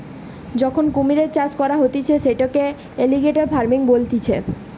যখন কুমিরের চাষ করা হতিছে সেটাকে এলিগেটের ফার্মিং বলতিছে